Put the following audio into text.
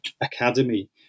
academy